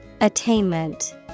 Attainment